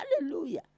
Hallelujah